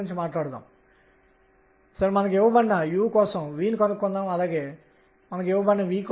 అదొక్కటే కాదు అది వ్యతిరేక దిశలో ఉండవచ్చు